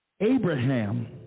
Abraham